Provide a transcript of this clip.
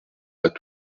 pas